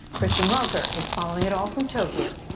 kristen welker is following it all from tokyo.